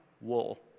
wall